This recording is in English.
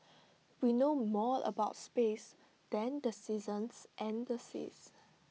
we know more about space than the seasons and the seas